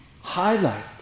highlight